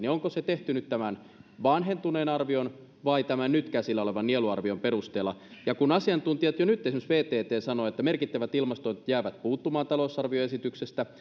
tavoite tehty tämän vanhentuneen arvion vai nyt käsillä olevan nieluarvion perusteella kun asiantuntijat esimerkiksi vtt jo nyt sanovat että merkittävät ilmastotoimet jäävät puuttumaan talousarvioesityksestä